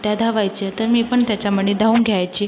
त्या धावायच्या तर मी पण त्याच्यामडे धावून घ्यायची